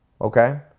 Okay